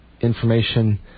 Information